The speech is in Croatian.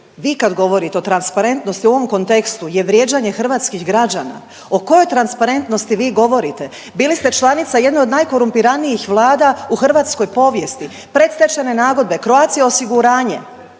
vi kad govorite o transparentnosti u ovom kontekstu je vrijeđanje hrvatskih građana. O kojoj transparentnosti vi govorite? Bili ste članica jedne od najkorumpiranijih vlada u hrvatskoj povijesti, predstečajne nagodbe, Croatia osiguranje,